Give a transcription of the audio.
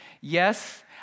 Yes